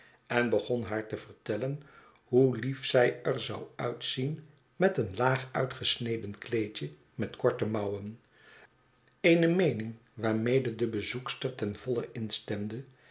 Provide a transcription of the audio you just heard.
en begon haar te vertellen hoe lief zij er zou uitzien met een laag uitgesneden kleedje met korte mouwen eene meening waarmede de bezoekster ten voile instemde